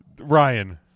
Ryan